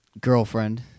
girlfriend